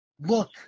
look